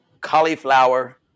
cauliflower